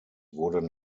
wurden